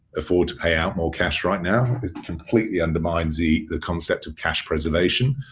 afford to pay out more cash right now, it completely undermine the the concept of cash preservation.